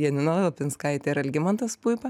janina lapinskaitė ir algimantas puipa